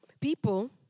People